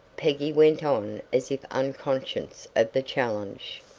peggy went on as if unconscious of the challenge.